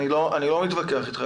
אני לא מתווכח איתך,